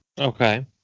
Okay